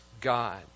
god